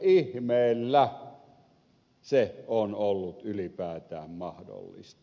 miten ihmeellä se on ollut ylipäätään mahdollista